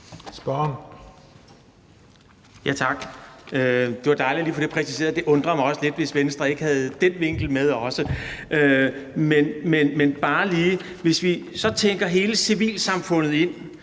Larsen (SF): Tak. Det var dejligt lige at få det præciseret. Det undrede mig også lidt, hvis Venstre ikke også havde den vinkel med. Hvis vi så tænker hele civilsamfundet ind,